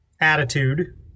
attitude